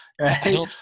right